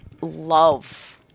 love